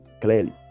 clearly